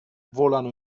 volano